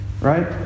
Right